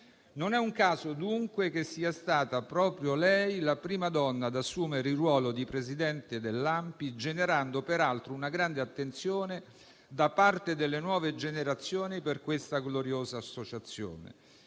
Non è un caso, dunque, che sia stata proprio lei la prima donna ad assumere il ruolo di presidente dell'ANPI, generando, peraltro, una grande attenzione da parte delle nuove generazioni per questa gloriosa associazione.